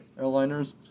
airliners